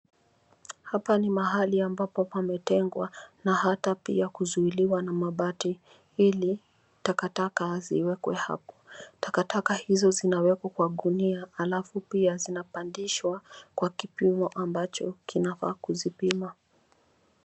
Hapa in mahali ambapo pametengwa na hata pia kuzuiliwa na mabati, ili takataka ziwekwe hapo. Takataka hizo zinawekwa kwa gunia halafu pia zinapandishwa kwa kipimo ambacho kinafaa kuzipima.